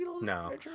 no